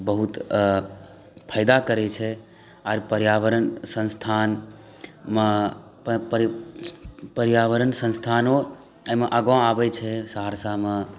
बहुत फायदा करै छै आर पर्यावरण संस्थानमे पर्यावरणो संस्थानो एहिमे आगाँ आबै छै सहरसामे